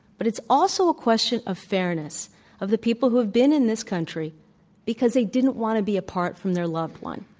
but it's also a question of fairness of the people who have been in this country because they didn't want to be apart from their loved one,